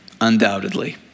Undoubtedly